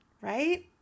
Right